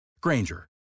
Granger